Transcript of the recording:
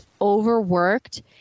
overworked